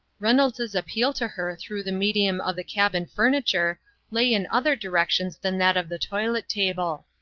reynolds appeal to her through the medium of the cabin furniture lay in other directions than that of the toilet table.